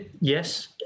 yes